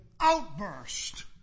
outburst